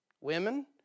women